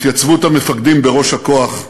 התייצבות המפקדים בראש הכוח,